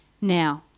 now